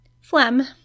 Phlegm